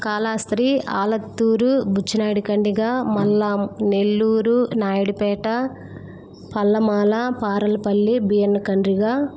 Kalahasti Alathur Buchinaidu Kandiga Mallam Nellore Naidupeta Pallamala Paralapalli B N Kandriga